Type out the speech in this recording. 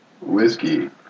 whiskey